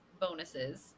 bonuses